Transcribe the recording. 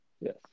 Yes